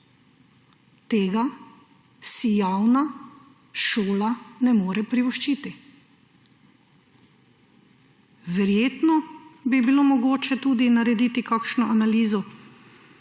Tega si javna šola ne more privoščiti. Verjetno bi bilo mogoče tudi narediti kakšno analizo,